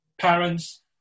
parents